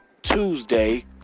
tuesday